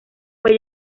fue